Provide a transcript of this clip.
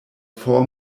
four